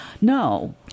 No